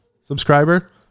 subscriber